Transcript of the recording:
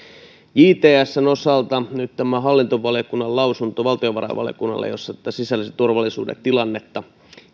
jtsn osalta nyt tämä hallintovaliokunnan lausunto valtiovarainvaliokunnalle jossa tätä sisäisen turvallisuuden tilannetta